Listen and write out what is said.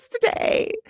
today